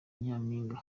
nyampinga